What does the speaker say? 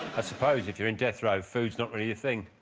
i suppose if you're in death row, foods not really your thing.